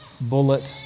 bullet